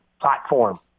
platform